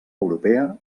europea